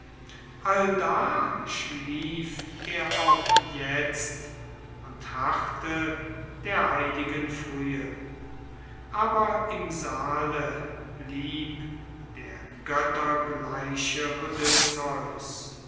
allda schlief er auch jetzt und harrte der heiligen frühe aber im saale blieb der göttergleiche